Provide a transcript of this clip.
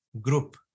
group